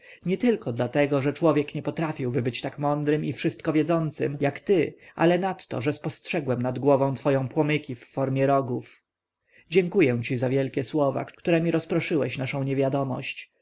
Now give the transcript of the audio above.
nietylko dlatego że człowiek nie potrafiłby być tak mądrym i wszystko wiedzącym jak ty ale nadto że spostrzegałem nad głową twoją płomyki w formie rogów dziękuję ci za wielkie słowa któremi rozproszyłeś naszą niewiadomość